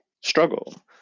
struggle